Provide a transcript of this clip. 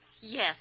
Yes